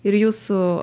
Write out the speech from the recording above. ir jūsų